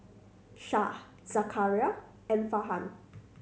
Shah Zakaria and Farhan